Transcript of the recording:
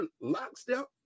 lockstep